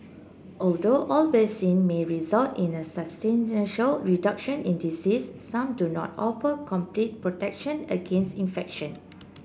although all vaccine may result in a substantial reduction in disease some do not offer complete protection against infection